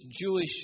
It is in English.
Jewish